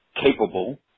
capable